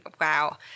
wow